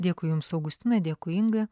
dėkui jums augustinai dėkui inga